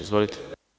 Izvolite.